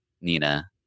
Nina